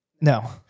No